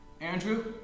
Andrew